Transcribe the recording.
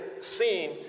seen